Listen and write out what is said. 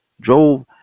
drove